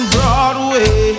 Broadway